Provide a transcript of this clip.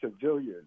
civilians